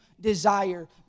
desire